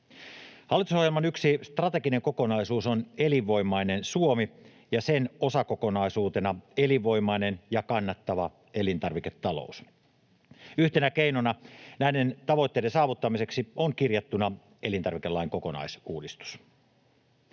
Hallitusohjelman yksi strateginen kokonaisuus on elinvoimainen Suomi ja sen osakokonaisuutena elinvoimainen ja kannattava elintarviketalous. Yhtenä keinona näiden tavoitteiden saavuttamiseksi on kirjattuna elintarvikelain kokonaisuudistus.